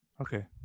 Okay